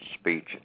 Speech